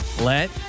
let